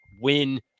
win